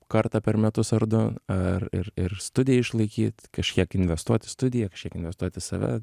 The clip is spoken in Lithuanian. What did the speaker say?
kartą per metus ar du ar ir ir studiją išlaikyt kažkiek investuot į studiją investuot į save